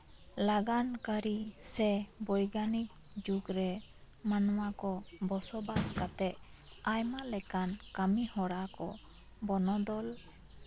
ᱞᱟᱜᱟᱱ ᱠᱟᱹᱨᱤ ᱥᱮ ᱵᱳᱭᱜᱟᱱᱤᱠ ᱡᱩᱜᱽᱨᱮ ᱢᱟᱱᱣᱟ ᱠᱚ ᱵᱚᱥᱚᱵᱟᱥ ᱠᱟᱛᱮᱜ ᱟᱭᱢᱟ ᱞᱮᱠᱟᱱ ᱠᱟᱹᱢᱤ ᱦᱚᱨᱟ ᱠᱚ ᱵᱚᱱᱚᱫᱚᱞ